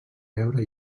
deure